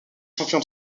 champion